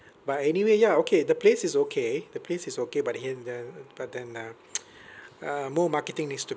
but anyway ya okay the place is okay the place is okay but and uh but then uh uh more marketing needs to